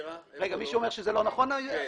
נכון.